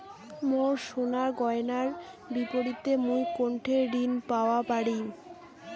মোর সোনার গয়নার বিপরীতে মুই কোনঠে ঋণ পাওয়া পারি?